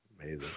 amazing